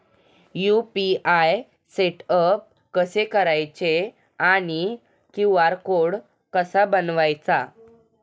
UPI setup कसे करायचे आणि क्यू.आर कोड कसा बनवायचा?